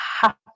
happy